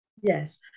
yes